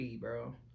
bro